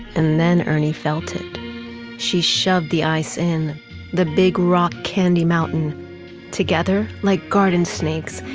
and then ernie felt it she shoved the ice in the big rock candy mountain together like garden snakes.